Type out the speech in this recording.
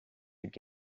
would